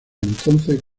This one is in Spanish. entonces